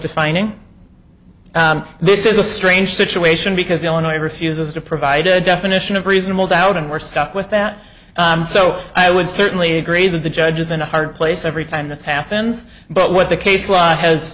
defining this is a strange situation because illinois refuses to provide a definition of reasonable doubt and we're stuck with that so i would certainly agree that the judge is in a hard place every time this happens but what the case law has